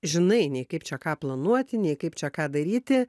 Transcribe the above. žinai nei kaip čia ką planuoti nei kaip čia ką daryti